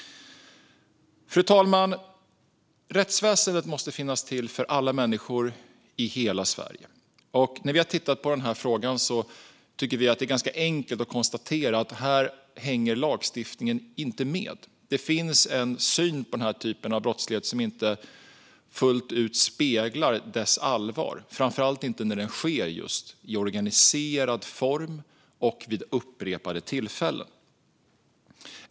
Fru talman! Rättsväsendet måste finnas till för alla människor i hela Sverige. När vi tittar på den här frågan tycker vi att det är ganska enkelt att konstatera att lagstiftningen inte hänger med. Det finns en syn på den här typen av brottslighet som inte fullt ut speglar dess allvar, framför allt inte när den sker i organiserad form och vid upprepade tillfällen.